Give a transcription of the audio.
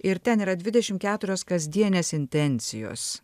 ir ten yra dvidešim keturios kasdienės intencijos